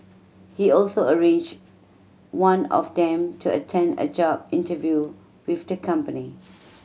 he also arranged one of them to attend a job interview with the company